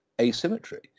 asymmetry